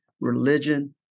religion